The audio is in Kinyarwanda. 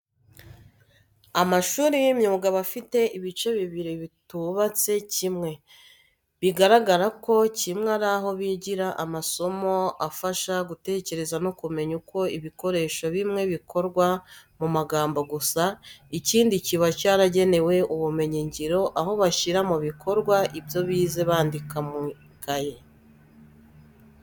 Amashuri y'imyuga aba afite ibice bibiri bitubatse kimwe, bigaragara ko kimwe ari aho bigira amasomo afasha gutekereza no kumenya uko ibikoresho bimwe bikorwa mu magambo gusa; ikindi kiba cyaragenewe ubumenyingiro, aho bashyirira mu bikorwa ibyo bize bandika mu ikayi .